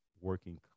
working